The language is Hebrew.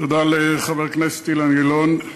חבר הכנסת אילן גילאון,